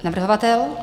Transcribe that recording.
Navrhovatel?